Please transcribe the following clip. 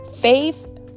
Faith